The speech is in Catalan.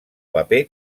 paper